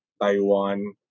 Taiwan